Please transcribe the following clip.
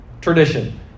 tradition